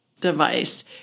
device